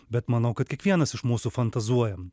bet manau kad kiekvienas iš mūsų fantazuojam